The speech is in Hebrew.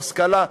עם השכלה.